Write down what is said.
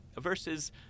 versus